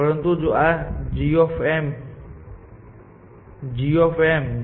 પરંતુ આ g જો તમે આકૃતિ માં જોવ તો g kmn g છે